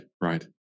right